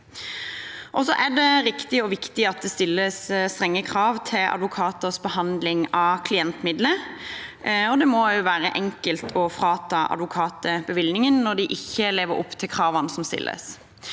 og viktig at det stilles strenge krav til advokaters behandling av klientmidler. Det må også være enkelt å frata advokater bevillingen når de ikke lever opp til kravene som stilles.